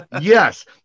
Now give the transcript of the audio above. Yes